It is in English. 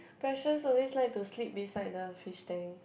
Precious always like to sleep beside the fish tank